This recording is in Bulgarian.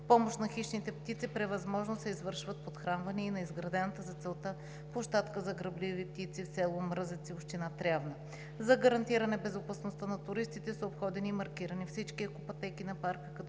помощ на хищните птици при възможност се извършват подхранвания и на изградената за целта площадка за грабливи птици в село Мръзеци, община Трявна. За гарантиране безопасността на туристите са обходени и маркирани всички екопътеки на парка,